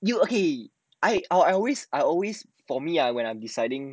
you okay I I always I always for me ah when I'm deciding like